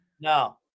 No